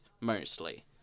mostly